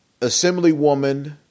Assemblywoman